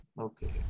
okay